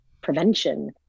prevention